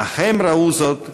אך הם ראו זאת כאמצעי,